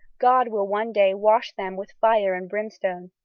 god will one day wash them with fire and brimstone.